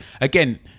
again